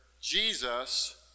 Jesus